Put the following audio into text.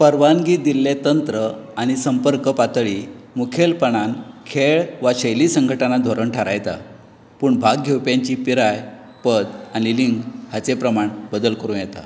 परवानगी दिल्लें तंत्र आनी संपर्क पातळी मुखेलपणान खेळ वा शैली संघटना धोरण थारायता पूण भाग घेवप्यांची पिराय पद आनी लिंग हांचे प्रमाण बदल करूं येता